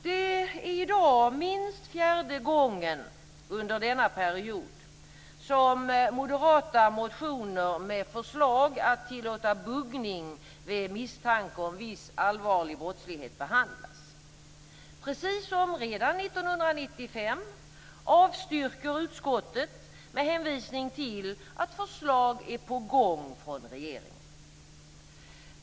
Det är i dag minst fjärde gången under denna period som moderata motioner med förslag om att tillåta buggning vid misstanke om viss allvarlig brottslighet behandlas. Precis som redan 1995 avstyrker utskottet med hänvisning till att förslag är på gång från regeringen.